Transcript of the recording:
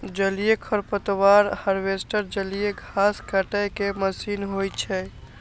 जलीय खरपतवार हार्वेस्टर जलीय घास काटै के मशीन होइ छै